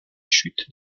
chute